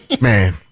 man